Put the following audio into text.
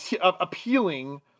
appealing